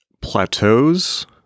plateaus